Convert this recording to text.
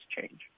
change